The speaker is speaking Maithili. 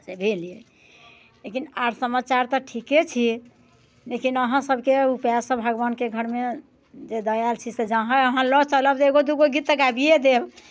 भेल यऽ लेकिन आर समाचार तऽ ठीके छै लेकिन अहाँ सभके उपाय से भगवानके घरमे जे दऽ आएल छी से जहाँ अहाँ लऽ चलब जे एगो दूगो गीत तऽ गाबिये देब